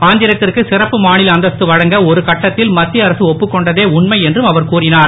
ஆந்திரத்திற்கு சிறப்பு மாநில அந்தஸ்து வழங்க ஒருகட்டத்தில் மத்திய அரசு ஒப்புக்கொண்டதே உண்மை என்றும் அவர் கூறினார்